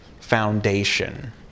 foundation